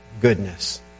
goodness